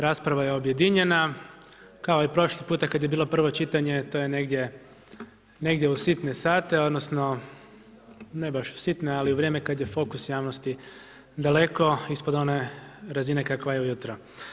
Rasprava je objedinjena kao i prošli puta kad je bilo prvo čitanje, to je negdje u sitne sate odnosno ne baš u sitne, ali u vrijeme kad je fokus javnosti daleko ispod one razine kakva je ujutro.